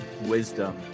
wisdom